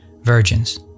virgins